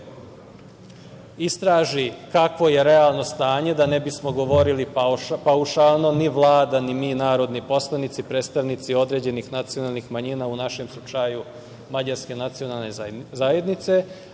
istraži kakvo je realno stanje da ne bismo govorili paušalno, ni Vlada, ni mi narodni poslanici predstavnici određenih nacionalnih manjina, u našem slučaju Mađarske nacionalne zajednice,